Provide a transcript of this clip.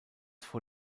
vor